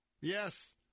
Yes